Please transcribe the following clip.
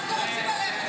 אנחנו רוצים ללכת.